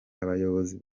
abayobozi